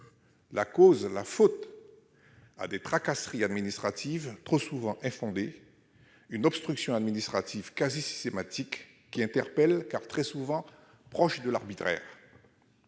par an. Cela est dû à des tracasseries administratives, trop souvent infondées, à une obstruction administrative quasi systématique, qui, étant très souvent proche de l'arbitraire,